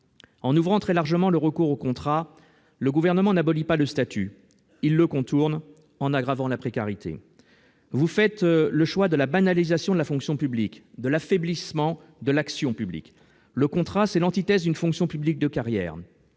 En ouvrant très largement le recours au contrat, le Gouvernement n'abolit pas le statut ; il le contourne, en aggravant la précarité. Vous faites, monsieur le secrétaire d'État, le choix de la banalisation de la fonction publique et de l'affaiblissement de l'action publique. Le contrat, c'est l'antithèse d'une fonction publique de carrière.